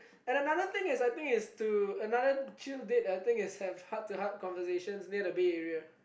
and another thing is I think is to another chill date I think is have heart to heart conversations near the bed area